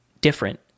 different